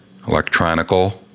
electronical